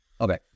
Okay